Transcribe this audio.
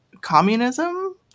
communism